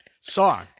song